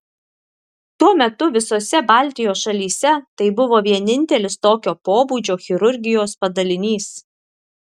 tuo metu visose baltijos šalyse tai buvo vienintelis tokio pobūdžio chirurgijos padalinys